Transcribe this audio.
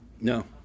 No